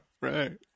Right